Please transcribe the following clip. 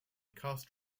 cost